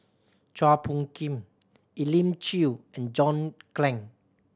Chua Phung Kim Elim Chew and John Clang